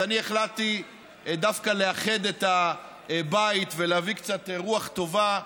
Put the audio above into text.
אז אני החלטתי דווקא לאחד את הבית ולהביא קצת רוח טובה,